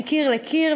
מקיר לקיר,